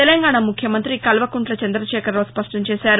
తెలంగాణ ముఖ్యమంతి కల్వకుంట్ల చంద్రశేఖరరావు స్పష్టం చేశారు